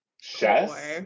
chess